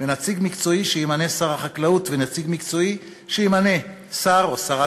נציג מקצועי שימנה שר החקלאות ונציג מקצועי שימנה שר" או שרת,